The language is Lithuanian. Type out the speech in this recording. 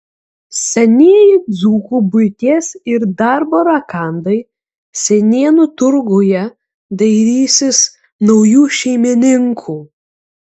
senieji dzūkų buities ir darbo rakandai senienų turguje dairysis naujų šeimininkų